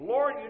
Lord